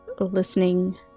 listening